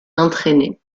entraîner